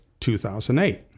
2008